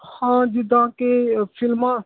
ਹਾਂ ਜਿੱਦਾਂ ਕਿ ਫ਼ਿਲਮਾਂ